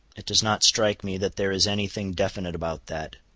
it does not strike me that there is any thing definite about that.